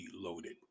loaded